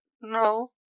no